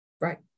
right